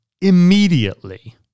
immediately